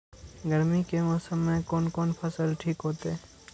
गर्मी के मौसम में कोन कोन फसल ठीक होते?